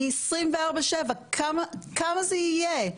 אני 24/7. כמה זה יהיה?